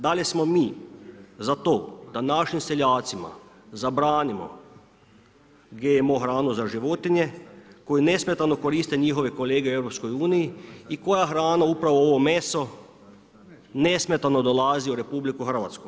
Da li smo mi za to da našim seljacima zabranimo GMO hranu za životinje koju nesmetano koriste njihove kolege u EU i koja hrana upravo ovo meso nesmetano dolazi u RH?